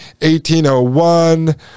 1801